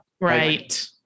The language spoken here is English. Right